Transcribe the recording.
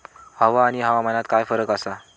हवा आणि हवामानात काय फरक असा?